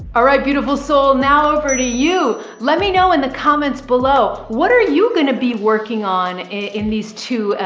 ah right. beautiful soul. now over to you, let me know in the comments below, what are you going to be working king on in these two,